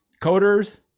coders